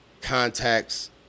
contacts